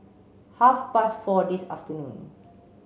half past four this afternoon